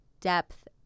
depth